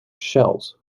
shells